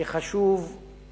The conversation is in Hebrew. שחשובים